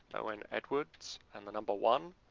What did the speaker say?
owen edwards. and the number one.